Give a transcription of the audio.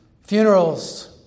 funerals